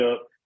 up